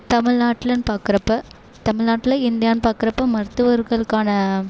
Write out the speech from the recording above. தமில்நாட்டிலன்னு பார்க்குறப்ப தமில்நாட்டில இந்தியான்னு பார்க்குறப்ப மருத்துவர்களுக்கான